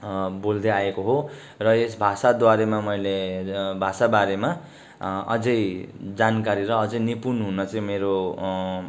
बोल्दै आएको हो र यस भाषा द्वारामा मैले भाषा बारेमा अझै जानकारी र अझै निपुण हुन चाहिँ मेरो